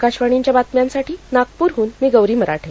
आकाशवाणीच्या बातम्यांसाठी नागपूरह्न गौरी मराठे